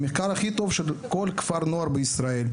המחקר הכי טוב שבכל כפר נוער בישראל.